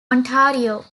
ontario